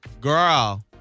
girl